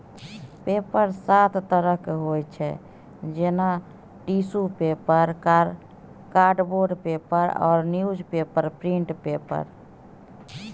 paper सात तरहक होइ छै जेना टिसु पेपर, कार्डबोर्ड पेपर आ न्युजपेपर प्रिंट पेपर